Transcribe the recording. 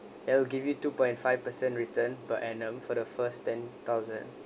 it'll give you two point five per cent return per annum for the first ten thousand